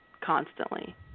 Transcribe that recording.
constantly